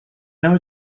know